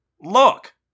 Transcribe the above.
Look